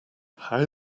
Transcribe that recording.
how